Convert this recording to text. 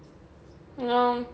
no